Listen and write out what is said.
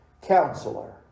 counselor